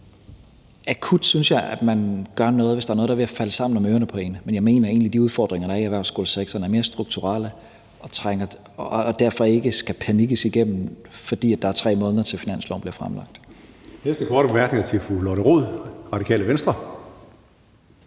gør, hvis der er noget, der er ved at falde sammen om ørerne på en. Men jeg mener egentlig, at de udfordringer, der er i erhvervsskolesektoren, er mere strukturelle, og at det derfor ikke er noget, der skal panikkes igennem, fordi der er 3 måneder, til finanslovsforslaget bliver fremsat.